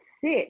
sit